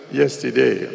yesterday